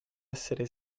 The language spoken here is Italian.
essere